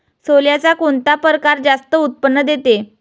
सोल्याचा कोनता परकार जास्त उत्पन्न देते?